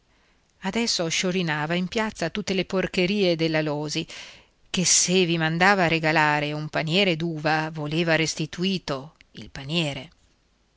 adesso sciorinava in piazza tutte le porcherie dell'alòsi che se vi mandava a regalare per miracolo un paniere d'uva voleva restituito il paniere